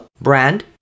brand